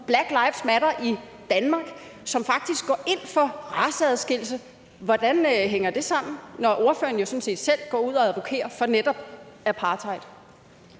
Black Lives Matter i Danmark, som faktisk går ind for raceadskillelse. Hvordan hænger det sammen, når ordføreren jo sådan set selv går ud og taler imod netop apartheid?